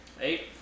Eight